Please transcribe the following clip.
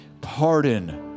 pardon